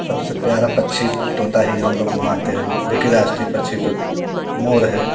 सबसे प्यारा पक्षी तोता ही हम लोग मानते हैं लेकिन राष्ट्रीय पक्षी तो मोर है